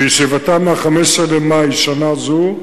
בישיבתה ב-15 במאי שנה זו,